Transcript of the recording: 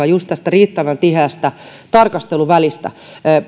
just tästä riittävän tiheästä tarkasteluvälistä